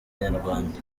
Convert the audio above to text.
nyarwanda